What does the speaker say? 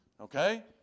okay